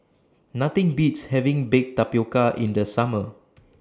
Nothing Beats having Baked Tapioca in The Summer